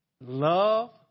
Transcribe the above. Love